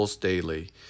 daily